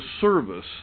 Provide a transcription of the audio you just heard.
service